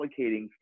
allocating